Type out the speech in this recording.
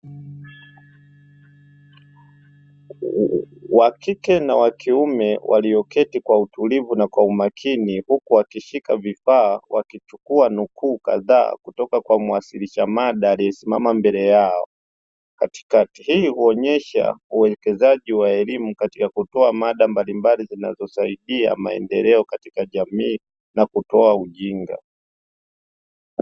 Wa kike na wa kiume walioketi kwa utulivu na kwa umakini huku wakishika vifaa wakichukua nukuu kadhaa kutoka kwa mwasilisha mada aliyesimama mbele yao. Katikati hii huonyesha uwekezaji wa elimu katika kutoa mada mbalimbali zinazosaidia maendeleo katika jamii na kutoa ujinga.